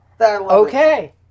Okay